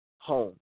Home